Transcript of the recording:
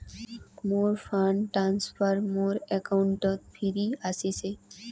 মোর fund transfer মোর অ্যাকাউন্টে ফিরি আশিসে